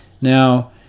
Now